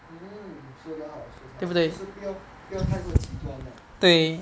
mm 说的好说的好就是不要不要太过极端 lah